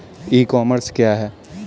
ई commerce क्या है?